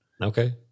Okay